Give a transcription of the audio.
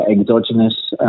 exogenous